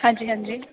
हां जी हां जी